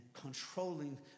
controlling